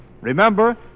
Remember